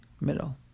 middle